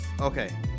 okay